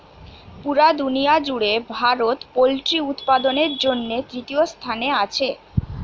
পুরা দুনিয়ার জুড়ে ভারত পোল্ট্রি উৎপাদনের জন্যে তৃতীয় স্থানে আছে